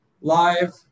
live